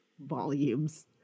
volumes